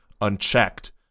unchecked